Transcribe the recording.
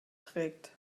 trägt